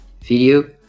video